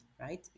right